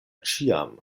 ĉiam